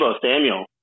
Samuel